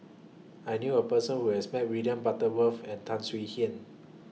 I knew A Person Who has Met William Butterworth and Tan Swie Hian